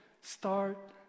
start